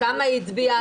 כמה היא הצביעה,